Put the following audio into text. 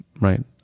right